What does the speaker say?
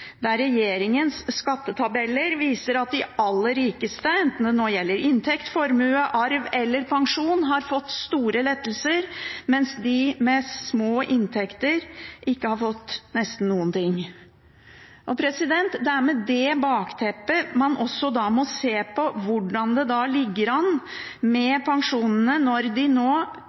der regjeringens skattetabeller viser at de aller rikeste, enten det nå gjelder inntekt, formue, arv eller pensjon, har fått store lettelser, mens de med små inntekter nesten ikke har fått noen ting. Det er med det bakteppet man også må se på hvordan det ligger an med pensjonene når det nå